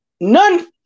none